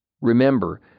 Remember